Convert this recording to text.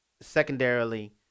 Secondarily